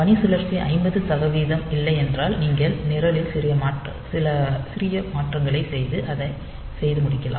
பணிசுழற்சி 50 சதவிகிதம் இல்லை என்றால் நீங்கள் நிரலில் சில சிறிய மாற்றங்களைச் செய்து அதைச் செய்து முடிக்கலாம்